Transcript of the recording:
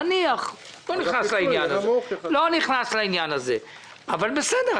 נניח, אני לא נכנס לעניין הזה, אבל בסדר.